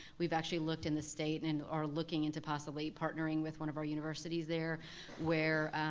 we've actually looked in the state and are looking into possibly partnering with one of our universities there where,